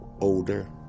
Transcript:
older